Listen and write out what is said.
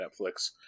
Netflix